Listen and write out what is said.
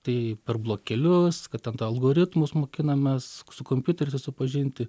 tai per blokelius kad ten tą algoritmus mokinamės su kompiuteriu susipažinti